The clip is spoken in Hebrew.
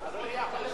אדוני,